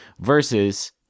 Versus